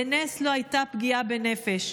בנס לא הייתה פגיעה בנפש.